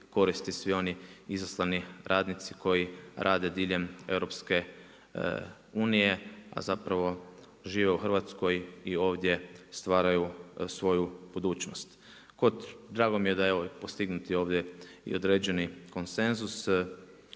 koristi svi oni izlasani radnici koji rade diljem EU, a zapravo žive u Hrvatskoj i ovdje stvaraju svoju budućnost. Drago mi je da je evo postignuti ovdje i određeni konsenzus